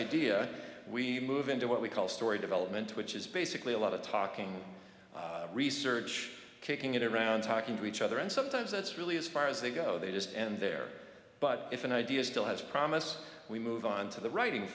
idea we move into what we call story development which is basically a lot of talking research kicking it around talking to each other and sometimes that's really as far as they go they just and there but if an idea still has promise we move on to the writing